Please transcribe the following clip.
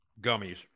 Gummies